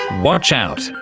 watch out!